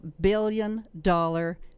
billion-dollar